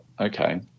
okay